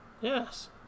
Yes